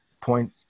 Point